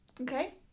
Okay